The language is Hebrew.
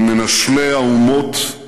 כמנשלי האומות,